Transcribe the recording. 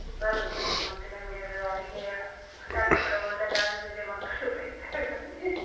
ಬರುವುದು ಮತ್ತು ನಮಗೆ ಅದು ಅಡುಗೆಯ ಪದಾರ್ಥ ಕೂಡ ಒಳ್ಳೆದಾಗದಿದ್ದರೆ ಮಕ್ಕಳು ಬೈತಾರೆ ನನಗೆ